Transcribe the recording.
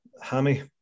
Hammy